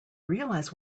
realize